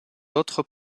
autres